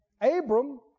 Abram